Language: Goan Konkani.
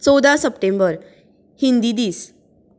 चवदा सप्टेंबर हिन्दी दीस